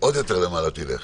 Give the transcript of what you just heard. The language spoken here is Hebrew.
עד שהיא תעשה את תפקידה,